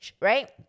Right